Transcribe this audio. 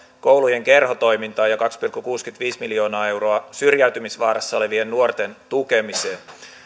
koulujen kerhotoimintaan ja kaksi pilkku kuusikymmentäviisi miljoonaa euroa syrjäytymisvaarassa olevien nuorten tukemiseen